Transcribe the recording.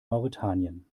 mauretanien